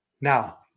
now